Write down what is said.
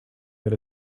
that